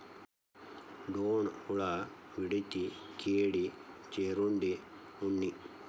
ಡೋಣ ಹುಳಾ, ವಿಡತಿ, ಕೇಡಿ, ಜೇರುಂಡೆ, ಉಣ್ಣಿ